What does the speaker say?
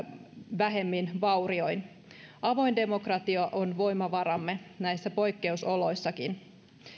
vähemmin vaurioin avoin demokratia on voimavaramme näissä poikkeusoloissakin